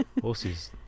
Horses